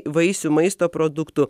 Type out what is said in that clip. vaisių maisto produktų